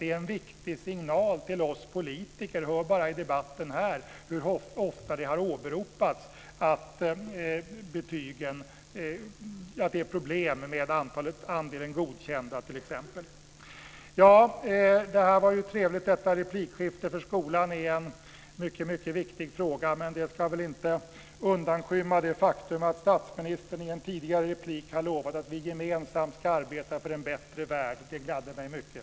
Det är en viktig signal till oss politiker. Vi hör bara i debatten här hur ofta det åberopas att det är problem med andelen godkända t.ex. Det här replikskiftet var ju trevligt, för skolan är en mycket viktig fråga. Men det ska väl inte undanskymma det faktum att statsministern i en tidigare replik har lovat att vi gemensamt ska arbeta för en bättre värld. Det gladde mig mycket.